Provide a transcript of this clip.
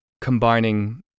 combining